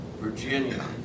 Virginia